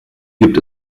gibt